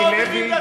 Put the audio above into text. מיקי לוי.